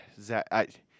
Zach